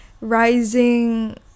rising